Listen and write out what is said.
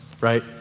right